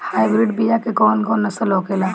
Hybrid बीया के कौन कौन नस्ल होखेला?